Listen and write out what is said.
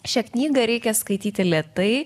šią knygą reikia skaityti lėtai